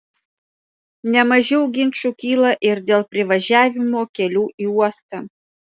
ne mažiau ginčų kyla ir dėl privažiavimo kelių į uostą